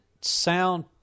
sound